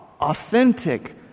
authentic